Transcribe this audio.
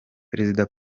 perezida